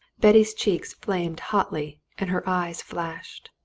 betty's cheeks flamed hotly and her eyes flashed.